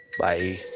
Bye